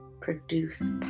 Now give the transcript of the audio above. produce